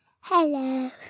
Hello